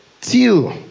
till